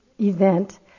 event